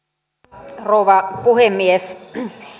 arvoisa rouva puhemies